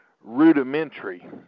rudimentary